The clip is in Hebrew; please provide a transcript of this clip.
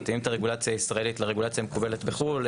מתאימים את הרגולציה הישראלית לרגולציה המקובלת בחו"ל.